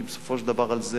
כי בסופו של דבר על זה